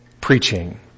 preaching